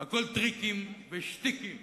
הכול טריקים ושטיקים.